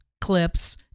clips